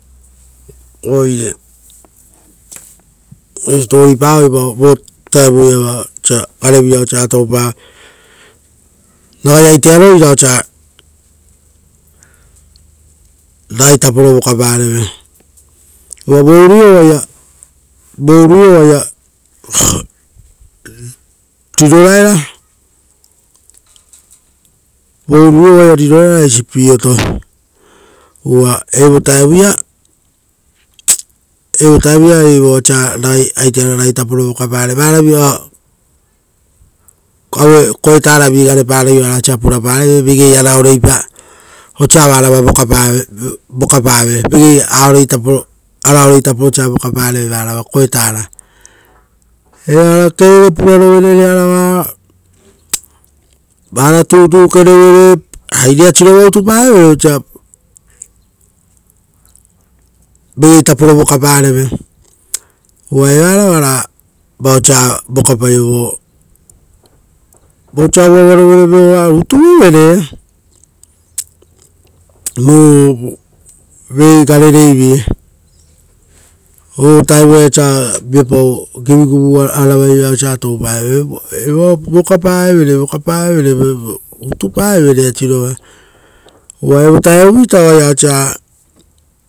Oire siposipopavoi vo vutaoiava oaia osa garevira toupa. Ragai aitearo ira osia ragaitapo vokapa reve. Uva vo urui o-oaia riroraera, vo uruio oaia riroraera ari eisi pii-oto. Uva evo vutaia ari evoa osa ragai aitearo ragaitapo vokapareve, uva varavio koetara garepa-ravi oara osia purapareve vegei araoreipa oarava osia vokapave ra vegei araoreitapo, osa vokapareve varava koetara. Vara purarevere, vara tutukerevere ari rera sirova utupavevere osia vegei taporo vokapareve. Uva evara oarava osia vokapave, vosa ovu avarovere voa utuvevere. Vegei garereivi evo vutaia osia viapau givugivu aravaiva osia toupave, vokapaiovere ra utupavevere rera sirova.